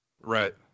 right